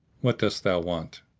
what dost thou want?